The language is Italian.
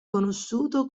conosciuto